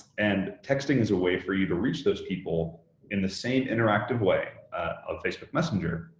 and texting is a way for you to reach those people in the same interactive way of facebook messenger,